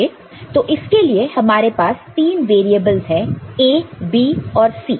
तो इसके लिए हमारे पास तीन वैरियेबल्स है A B और C